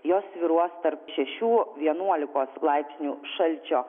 jos svyruos tarp šešių vienuolikos laipsnių šalčio